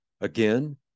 Again